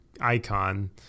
icon